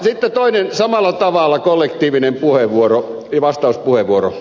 sitten toinen samalla tavalla kollektiivinen vastauspuheenvuoro